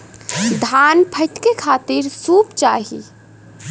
धान फटके खातिर सूप चाही